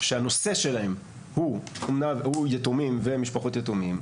שהנושא שלהם הוא יתומים ומשפחות יתומים,